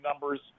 numbers